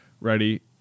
Ready